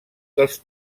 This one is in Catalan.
dels